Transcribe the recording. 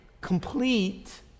complete